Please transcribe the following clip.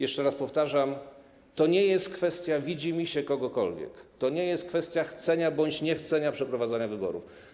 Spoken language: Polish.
Jeszcze raz powtarzam: to nie jest kwestia widzimisię kogokolwiek, to nie jest kwestia chcenia bądź niechcenia przeprowadzania wyborów.